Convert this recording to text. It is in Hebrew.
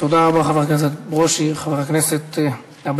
תודה רבה, חבר הכנסת ברושי.